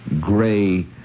gray